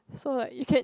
so like you can